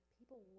people